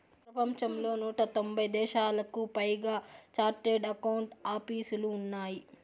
ప్రపంచంలో నూట తొంభై దేశాలకు పైగా చార్టెడ్ అకౌంట్ ఆపీసులు ఉన్నాయి